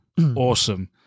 awesome